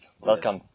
Welcome